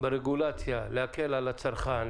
על הצרכן.